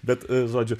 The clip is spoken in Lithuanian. bet žodžiu